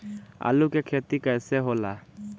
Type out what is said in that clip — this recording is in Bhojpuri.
आलू के खेती कैसे होला?